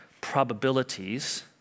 probabilities